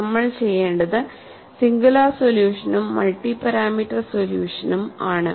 നമ്മൾ ചെയ്യേണ്ടത് സിംഗുലാർ സൊല്യൂഷനും മൾട്ടി പാരാമീറ്റർ സൊല്യൂഷനും ആണ്